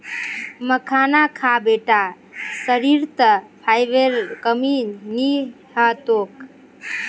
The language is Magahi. मखाना खा बेटा शरीरत फाइबरेर कमी नी ह तोक